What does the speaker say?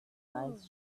eyes